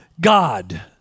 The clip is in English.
God